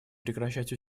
прекращать